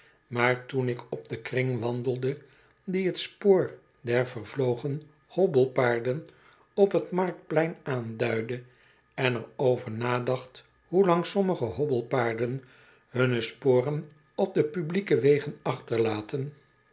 maar toen ik op den kring wandelde dien het spoor der vervlogen hobbelpaarden op t marktplein aanduidde en er over nadacht hoe lang sommige hobbelpaarden hunne sporen op de publieke wegen achterlaten